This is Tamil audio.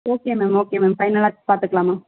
ஓகே மேம் ஓகே மேம் பைனலாக பார்த்துக்கலாம் மேம்